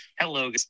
Hello